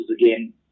again